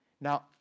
Now